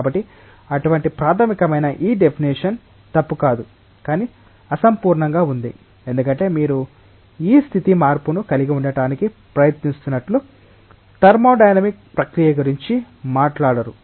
కాబట్టి అటువంటి ప్రాథమికమైన ఈ డెఫినేషన్ తప్పు కాదు కానీ అసంపూర్ణంగా ఉంది ఎందుకంటే మీరు ఈ స్థితి మార్పును కలిగి ఉండటానికి ప్రయత్నిస్తున్న థర్మోడైనమిక్ ప్రక్రియ గురించి మాట్లాడరు